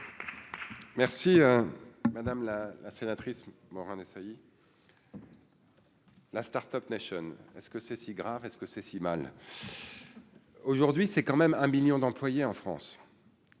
Merci madame la sénatrice Morin-Desailly. La Start-Up nation est-ce que c'est si grave, est ce que c'est si mal aujourd'hui, c'est quand même un 1000000 d'employer en France.